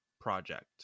project